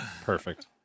perfect